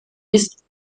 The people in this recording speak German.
ist